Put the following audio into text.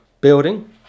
building